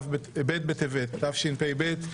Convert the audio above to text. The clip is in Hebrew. ב' בטבת התשפ"ב,